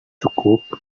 cukup